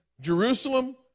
Jerusalem